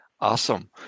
Awesome